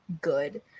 good